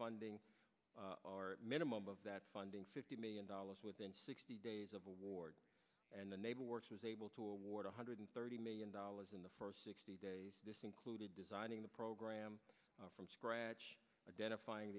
funding our minimum of that funding fifty million dollars within sixty days of award and the naval works was able to award one hundred thirty million dollars in the first sixty days this included designing the program from scratch identifying